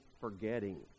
forgetting